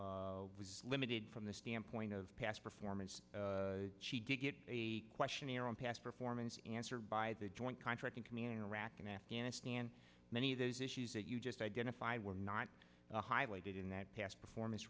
had was limited from the standpoint of past performance she did get a questionnaire on past performance answered by the joint contracting command rack in afghanistan many of those issues that you just identified were not highlighted in that past performance